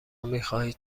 میخواهید